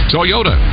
Toyota